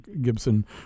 Gibson